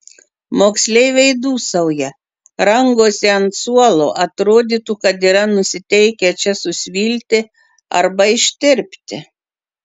moksleiviai dūsauja rangosi ant suolo atrodytų kad yra nusiteikę čia susvilti arba ištirpti